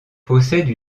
possède